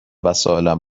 وسایلم